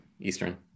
Eastern